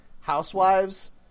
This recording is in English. housewives